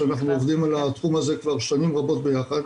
שאנחנו עובדים על התחום הזה כבר שנים רבות ביחד,